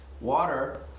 Water